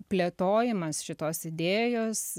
plėtojimas šitos idėjos